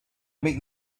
make